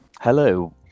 Hello